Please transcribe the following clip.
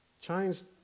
changed